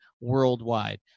worldwide